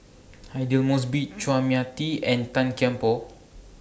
Aidli Mosbit Chua Mia Tee and Tan Kian Por